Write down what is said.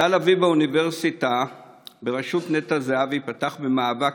תא לביא באוניברסיטה בראשות נטע זהבי פתח במאבק